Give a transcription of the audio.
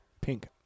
Pink